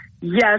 Yes